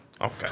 Okay